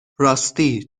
راستی